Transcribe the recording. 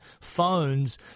phones